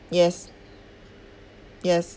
yes yes